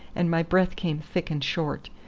and my breath came thick and short,